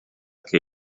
che